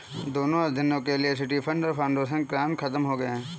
दोनों अध्ययनों के लिए सिटी फंड और फाउंडेशन ग्रांट खत्म हो गए हैं